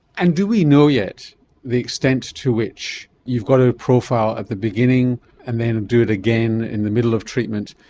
and do we know yet the extent to which you've got to profile at the beginning and then do it again in the middle of treatment,